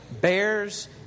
bears